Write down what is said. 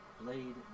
Blade